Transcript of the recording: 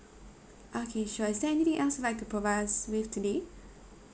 ah K sure is there anything else that I could provide us with today